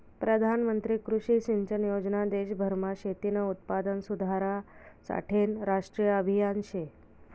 प्रधानमंत्री कृषी सिंचन योजना देशभरमा शेतीनं उत्पादन सुधारासाठेनं राष्ट्रीय आभियान शे